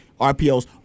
RPOs